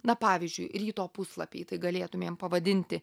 na pavyzdžiui ryto puslapiai tai galėtumėm pavadinti